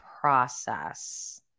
process